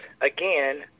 again